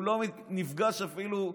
הוא לא נפגש אפילו,